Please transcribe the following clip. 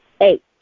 Eight